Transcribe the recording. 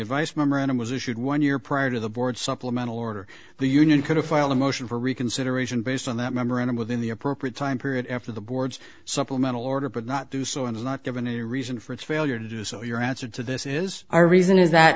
advice memorandum was issued one year prior to the board supplemental order the union could have filed a motion for reconsideration based on that memorandum within the appropriate time period after the board's supplemental order but not do so and is not given a reason for its failure to do so your answer to this is our reason is that